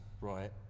right